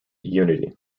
unity